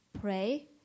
pray